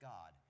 God